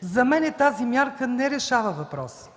За мен тази мярка не решава въпроса,